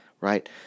Right